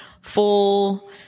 full